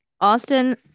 Austin